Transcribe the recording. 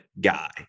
guy